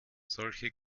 solche